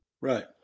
Right